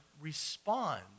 respond